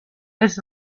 its